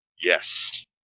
Yes